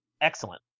excellent